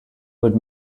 would